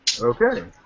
Okay